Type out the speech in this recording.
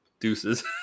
deuces